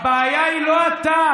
הבעיה היא לא אתה.